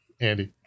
Andy